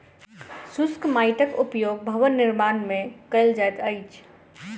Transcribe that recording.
शुष्क माइटक उपयोग भवन निर्माण मे कयल जाइत अछि